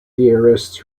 theorists